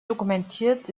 dokumentiert